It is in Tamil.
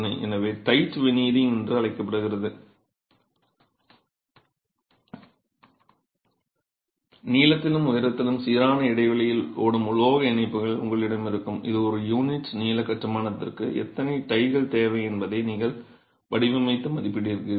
எனவே டைட் வெனீரிங் என்று அழைக்கப்படுகிறது நீளத்திலும் உயரத்திலும் சீரான இடைவெளியில் ஓடும் உலோக இணைப்புகள் உங்களிடம் இருக்கும் இது ஒரு யூனிட் நீள கட்டுமானத்திற்கு எத்தனை டைகள் தேவை என்பதை நீங்கள் வடிவமைத்து மதிப்பிடுகிறீர்கள்